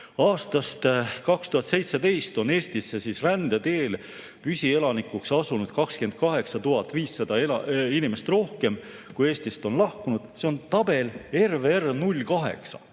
aastast 2017 on Eestisse rände teel püsielanikuks asunud 28 500 inimest rohkem, kui Eestist on lahkunud. See on tabel RVR08.